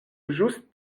ĵus